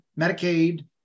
Medicaid